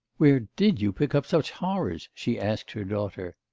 where did you pick up such horrors she asked her daughter.